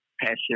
passion